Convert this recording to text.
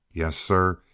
yes, sir,